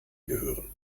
gehören